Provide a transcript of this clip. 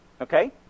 Okay